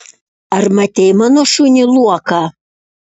ar matei mano šunį luoką